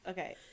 Okay